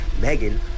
Megan